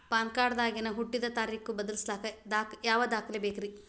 PAN card ದಾಗಿನ ಹುಟ್ಟಿದ ತಾರೇಖು ಬದಲಿಸಾಕ್ ಯಾವ ದಾಖಲೆ ಬೇಕ್ರಿ?